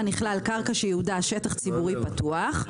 נכללה קרקע שייעודה שטח ציבורי פתוח ",